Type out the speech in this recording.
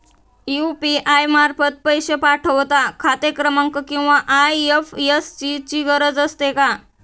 UPI मार्फत पैसे पाठवता खाते क्रमांक किंवा आय.एफ.एस.सी ची गरज असते का?